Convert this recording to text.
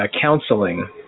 counseling